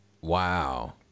Wow